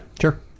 sure